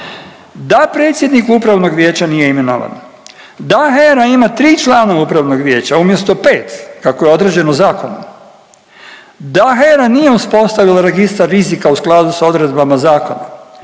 Da predsjednik upravnog vijeća nije imenovan, da HERA ima 3 člana upravnog vijeća umjesto 5 kako je određeno zakonom, da HERA nije uspostavila registar rizika u skladu s odredbama zakona,